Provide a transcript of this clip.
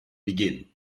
begin